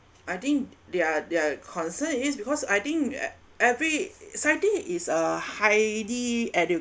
I think their their concern is because I think e~ every scientist is a highly